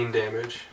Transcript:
damage